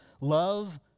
love